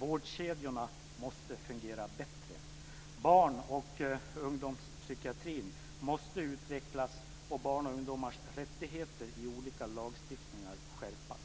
Vårdkedjorna måste fungera bättre. Barn och ungdomspsykiatrin måste utvecklas och barns och ungdomars rättigheter i olika lagstiftningar skärpas.